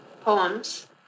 poems